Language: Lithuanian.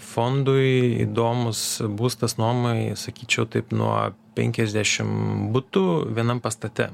fondui įdomus būstas nuomai sakyčiau taip nuo penkiasdešim butų vienam pastate